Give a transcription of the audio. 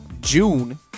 June